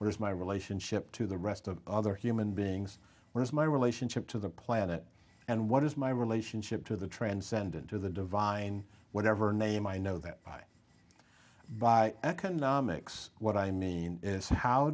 is my relationship to the rest of other human beings where is my relationship to the planet and what is my relationship to the transcendent or the divine whatever name i know that by by economics what i mean is how